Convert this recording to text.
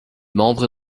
membre